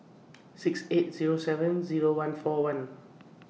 six eight Zero seven Zero one four one